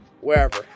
wherever